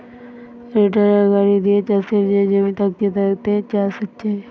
রোটাটার গাড়ি দিয়ে চাষের যে জমি থাকছে তাতে চাষ হচ্ছে